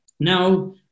Now